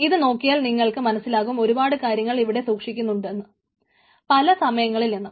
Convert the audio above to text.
ഇത് നോക്കിയാൽ നിങ്ങൾക്ക് മനസ്സിലാകും ഒരുപാടു കാര്യങ്ങൾ ഇവിടെ സൂക്ഷിക്കുന്നുണ്ട് പല സമയങ്ങളിൽ എന്ന്